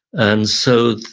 and so,